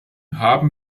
haben